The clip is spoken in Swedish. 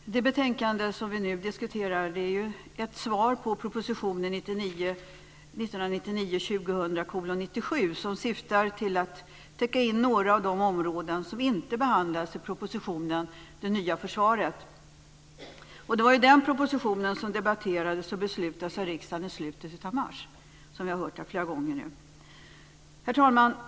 Herr talman! Det betänkande som vi nu diskuterar är ett svar på proposition 1999/2000:97, som syftar till att täcka in några av de områden som inte behandlades i propositionen Det nya försvaret. Det var den propositionen som debatterades och beslutades om i riksdagen i slutet av mars, som vi har hört här flera gånger nu. Herr talman!